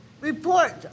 report